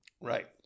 Right